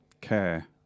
care